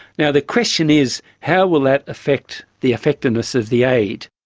now, the question is how will that affect the effectiveness of the aid?